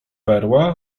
perła